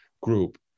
group